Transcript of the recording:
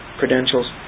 credentials